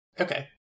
Okay